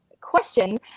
question